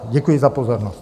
Děkuji za pozornost.